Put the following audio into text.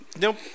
nope